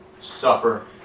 suffer